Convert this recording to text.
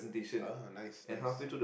ah nice nice